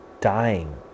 dying